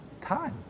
time